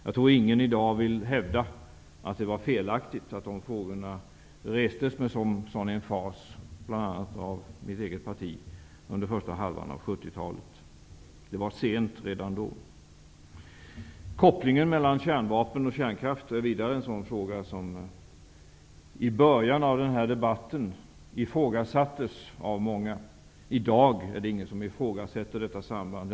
Jag tror ingen i dag vill hävda att det var felaktigt att de frågorna restes med sådan emfas, bl.a. av mitt eget parti, under första halvan av 70-talet. Det var sent redan då. Kopplingen mellan kärnvapen och kärnkraft är något som i början av den här debatten ifrågasattes av många. I dag är det ingen som ifrågasätter detta samband.